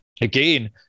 Again